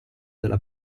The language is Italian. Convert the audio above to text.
della